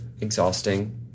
exhausting